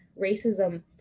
racism